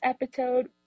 episode